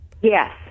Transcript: Yes